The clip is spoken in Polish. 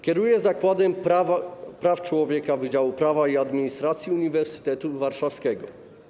Kieruje Zakładem Praw Człowieka Wydziału Prawa i Administracji Uniwersytetu Warszawskiego.